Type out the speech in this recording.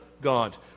God